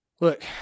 Look